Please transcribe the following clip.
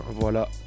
voilà